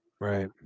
Right